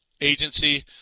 agency